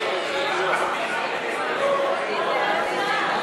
אייכלר ויעקב אשר,